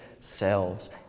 selves